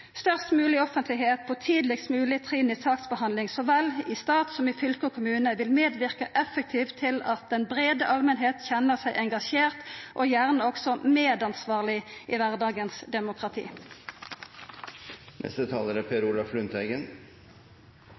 mulig offentlighet på tidligst mulig trinn i saksbehandling så vel i stat som i fylke og kommune vil medvirke effektivt til at en bred allmennhet kjenner seg engasjert og gjerne også medansvarlig i